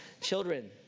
Children